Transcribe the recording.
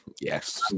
Yes